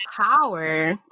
Power